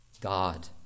God